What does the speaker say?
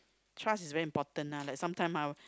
trust is very important ah like sometime ah